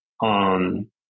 on